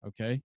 Okay